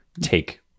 take